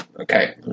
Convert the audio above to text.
okay